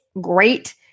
great